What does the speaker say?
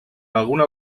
alguna